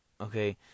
Okay